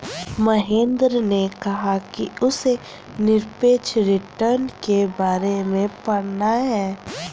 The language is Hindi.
महेंद्र ने कहा कि उसे निरपेक्ष रिटर्न के बारे में पढ़ना है